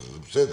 זה בסדר.